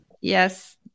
yes